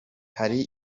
hari